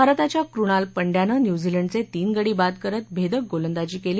भारताच्या कृणाल पंड्यानं न्यूझीलंडचे तीन गडी बाद करत भेदक गोलंदाजी केली